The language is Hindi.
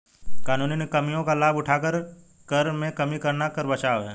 कानूनी कमियों का लाभ उठाकर कर में कमी करना कर बचाव है